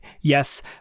Yes